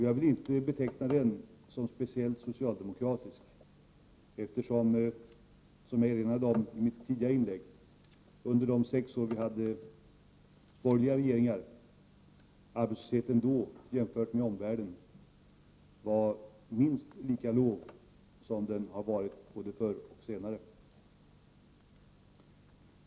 Jag vill inte beteckna den politiken som speciellt socialdemokratisk, eftersom arbetslösheten under de sex år vi hade borgerlig regering i det här landet, jämfört med den arbetslöshet som rådde i omvärlden, var minst lika låg som den varit både förr och senare.